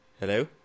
Hello